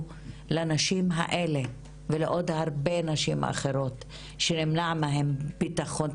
לנשים האלה ולעוד הרבה נשים אחרות שנמנע מהן ביטחון,